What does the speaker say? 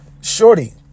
shorty